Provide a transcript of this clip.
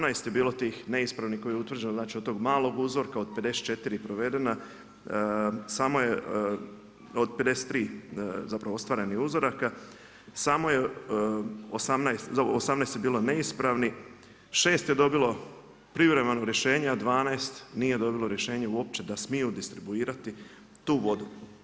18 je bilo tih neispravnih koji je utvrđeno, znači od tog malog uzorka od 54 provedena samo je, od 53 zapravo ostvarenih uzoraka samo je 18, 18 je bilo neispravnih, 6 je dobilo privremeno rješenje a 12 nije dobilo rješenje uopće da smiju distribuirati tu vodu.